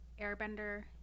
Airbender